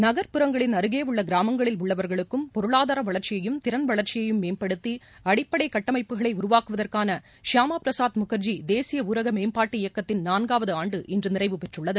நன்புறங்களின் அருகே உள்ள கிராமங்களில் உள்ளவர்களுக்கும் பொருளாதார வளர்ச்சியையும் திறன் வளர்ச்சியையும் மேம்படுத்தி அடிப்படை கட்டமைப்புகளை உருவாக்குவதற்கான ஷியாமா பிரசாத் முக்ஜி தேசிய ஊரக மேம்பாட்டு இயக்கத்தின் நான்காவது ஆண்டு இன்று நிறைவு பெற்றுள்ளது